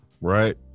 right